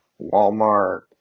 Walmart